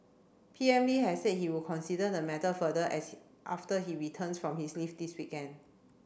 P M Lee has said he would consider the matter further after he returns from his leave this weekend